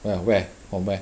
wh~ where from where